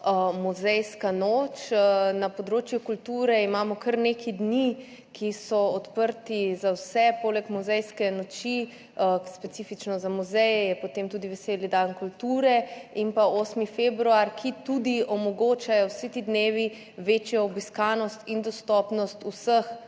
muzejska noč. Na področju kulture imamo kar nekaj dni, ko so ustanove odprte za vse, poleg muzejske noči, specifično za muzeje, je potem tudi veseli dan kulture in 8. februar. Vsi ti dnevi tudi omogočajo večjo obiskanost in dostopnost vseh